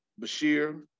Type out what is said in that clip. Bashir